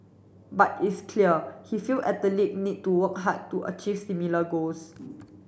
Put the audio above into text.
but it's clear he feels athlete need to work hard to achieve similar goals